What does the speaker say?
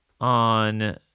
on